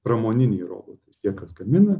pramoniniai robotai tie kas gamina